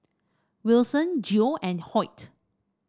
Wilson Geo and Hoyt